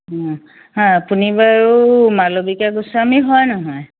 হ আপুনি বাৰু মালবিকা গোস্বামী হয় নহয়